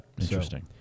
Interesting